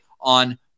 on